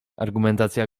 argumentacja